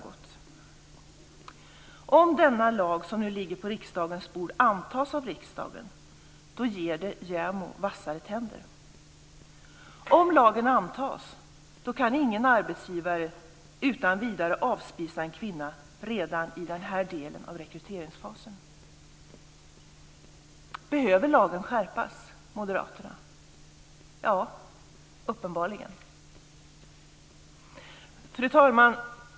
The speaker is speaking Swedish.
Om den lag som nu ligger på riksdagens bord antas, ger det JämO vassare tänder. Om lagen antas kan ingen arbetsgivare utan vidare avspisa en kvinna redan i denna del av rekryteringsfasen. Behöver lagen skärpas, Moderaterna? Ja, uppenbarligen. Fru talman!